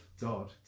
God